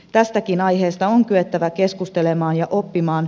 tästäkin aiheesta on kyettävä keskustelemaan ja oppimaan